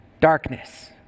darkness